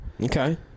Okay